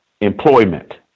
employment